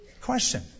Question